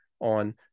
on